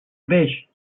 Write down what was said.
creix